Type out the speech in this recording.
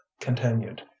continued